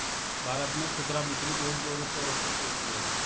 भारत में खुदरा बिक्री बहुत जोरों शोरों से चलती है